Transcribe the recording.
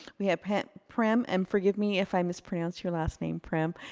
we have prem prem and forgive me if i mispronounce your last name prem.